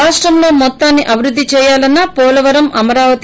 రాష్టం మొత్తాన్ని అభివృద్ది చేయాలన్నా పోలవరం అమారావతి